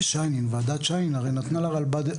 ועדת שיינין הרי נתנה לרלב"ד,